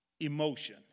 emotion